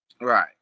Right